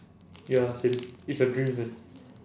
ya same it's your dream man